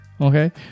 Okay